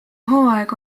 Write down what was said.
hooaeg